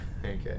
Okay